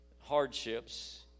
hardships